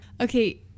Okay